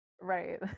right